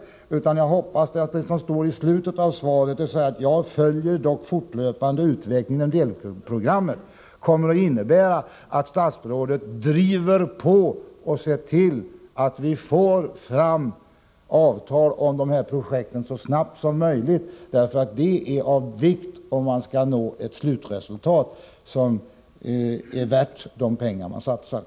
Det är min förhoppning att det som står i slutet av svaret — ”Jag följer dock fortlöpande utvecklingen inom delprogrammet.” — kommer att innebära att statsrådet driver på och ser till att vi så snart som möjligt får avtal om de återstående projekten. Det är av vikt, om vi skall nå ett slutresultat som är värt de pengar som har satsats.